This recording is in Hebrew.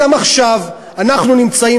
גם עכשיו אנחנו נמצאים,